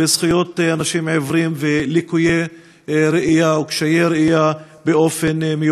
וזכויות אנשים עיוורים ולקויי ראייה או קשי ראייה במיוחד.